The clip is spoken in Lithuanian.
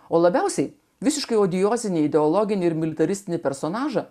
o labiausiai visiškai odiozinį ideologiniu ir militaristinį personažą